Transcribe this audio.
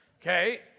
okay